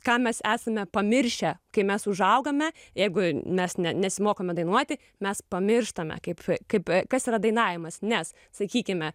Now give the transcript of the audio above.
ką mes esame pamiršę kai mes užaugome jeigu mes ne nesimokome dainuoti mes pamirštame kaip kaip kas yra dainavimas nes sakykime